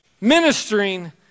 ministering